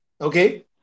Okay